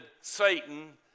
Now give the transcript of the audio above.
Satan